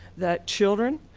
that children,